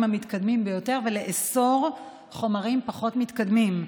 המתקדמים ביותר ולאסור חומרים פחות מתקדמים.